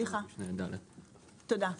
תודה.